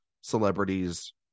celebrities